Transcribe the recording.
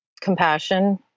Compassion